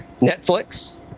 netflix